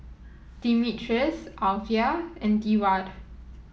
Demetrius Alyvia and Deward